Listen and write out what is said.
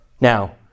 Now